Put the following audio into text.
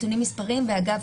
בסדר גמור.